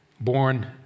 born